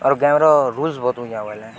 ଆଉ ଗେମ୍ର ରୁଲ୍ସ୍ ବହୁତ